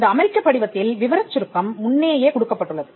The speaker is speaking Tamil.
இந்த அமெரிக்கப் படிவத்தில் விவரச் சுருக்கம் முன்னேயே கொடுக்கப்பட்டுள்ளது